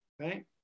right